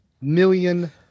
million